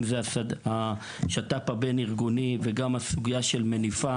בין אם זה השת"פ הבין-ארגוני או הסוגיה של "מניפה".